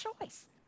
choice